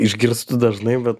išgirstu dažnai bet